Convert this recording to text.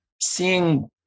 seeing